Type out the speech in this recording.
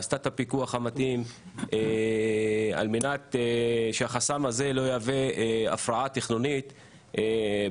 עשתה את הפיקוח המתאים על מנת שהחסם הזה לא יהווה הפרעה תכנונית בעתיד.